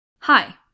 Hi